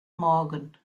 morgen